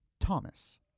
Thomas